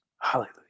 hallelujah